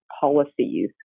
policies